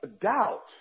doubt